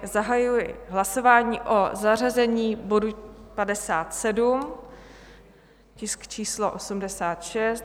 Zahajuji hlasování o zařazení bodu 57, tisk číslo 86.